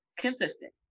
consistent